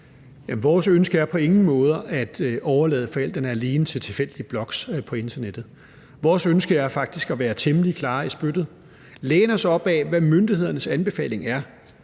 vores ønske er på ingen måde at overlade forældrene alene til tilfældige blogs på internettet. Vores ønske er faktisk at være temmelig klare i spyttet og læne os op ad, hvad myndighedernes anbefaling er,